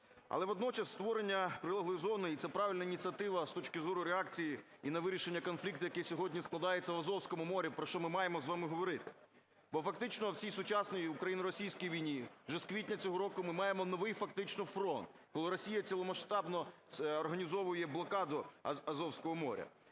Але водночас створення прилеглої зони, і це правильна ініціатива з точки зору реакції і на вирішення конфлікту, який сьогодні складається в Азовському морі, про що ми маємо з вами говорили, бо фактично в цій сучасній україно-російській війні вже з квітня цього року ми маємо новий фактично фронт, коли Росія ціломасштабно організовує блокаду Азовського моря.